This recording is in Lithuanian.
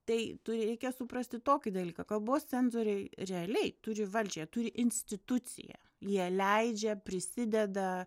tai tu reikia suprasti tokį dalyką kalbos cenzoriai realiai turi valdžią jie turi instituciją jie leidžia prisideda